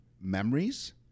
memories